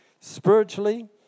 Spiritually